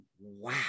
wow